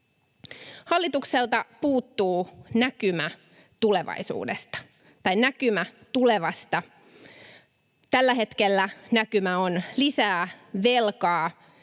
Hallitukselta puuttuu näkymä tulevasta. Tällä hetkellä näkymä on lisää velkaa,